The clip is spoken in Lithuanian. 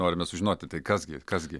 norime sužinoti tai kas gi kas gi